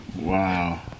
wow